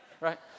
Right